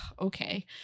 okay